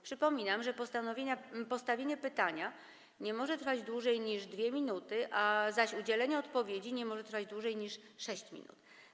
Przypominam, że postawienie pytania nie może trwać dłużej niż 2 minuty, zaś udzielenie odpowiedzi nie może trwać dłużej niż 6 minut.